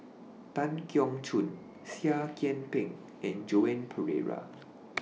Tan Keong Choon Seah Kian Peng and Joan Pereira